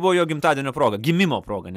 buvo jo gimtadienio proga gimimo proga ne